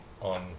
on